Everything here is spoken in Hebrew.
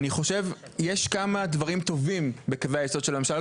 אני חושב שיש כמה דברים טובים בקווי היסוד של הממשלה,